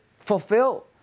Fulfill